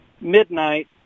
midnight